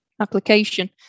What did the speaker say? application